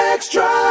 Extra